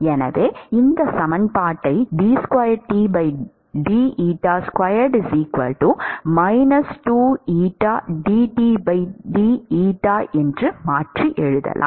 எனவே இந்த சமன்பாட்டை என்று மாற்றி எழுதலாம்